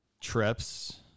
trips